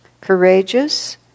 courageous